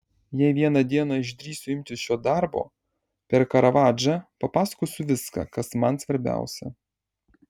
jei vieną dieną išdrįsiu imtis šio darbo per karavadžą papasakosiu viską kas man svarbiausia